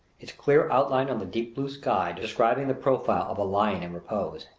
its clear outline on the deep blue sky describing the profile of a lion in repose.